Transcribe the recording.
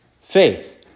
faith